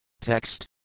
Text